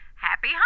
Happy